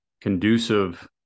conducive